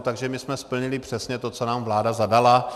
Takže my jsme splnili přesně to, co nám vláda zadala.